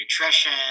nutrition